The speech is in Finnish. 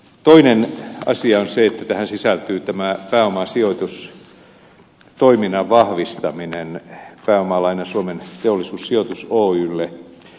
toinen asia on se että tähän sisältyy tämä pääomasijoitustoiminnan vahvistaminen pääomalaina suomen teollisuussijoitus oylle